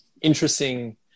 interesting